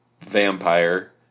vampire